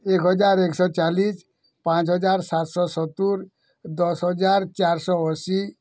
ଏକ ହଜାର ଏକ ଶହ ଚାଳିଶି ପାଞ୍ଚ ହଜାର ସାତ ଶହ ସତୁରୀ ଦଶ ହଜାର ଚାରି ଶହ ଅଶୀ